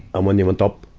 and when you went up,